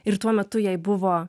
ir tuo metu jai buvo